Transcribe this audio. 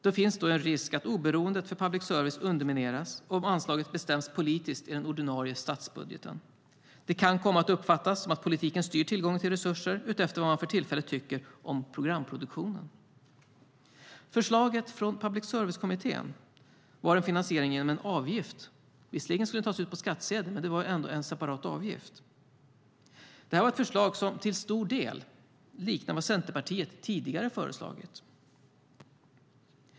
Det finns en risk att oberoendet för public service undermineras om anslaget bestäms politiskt i den ordinarie statsbudgeten. Det kan komma att uppfattas som att politiken styr tillgången till resurser utefter vad man för tillfället tycker om programproduktionen. Förslaget från Public service-kommittén var en finansiering genom en avgift. Visserligen skulle den tas ut på skattsedeln, men det var ändå en separat avgift. Det här var ett förslag som till stor del liknar vad Centerpartiet tidigare föreslagit.